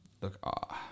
look